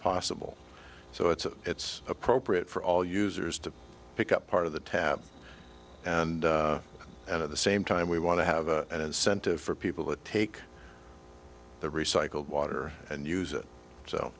possible so it's it's appropriate for all users to pick up part of the tab and and at the same time we want to have an incentive for people to take the recycled water and use it so